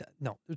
no